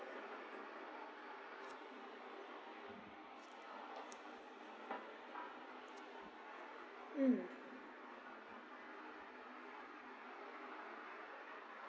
mm